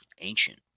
Ancient